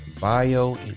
bio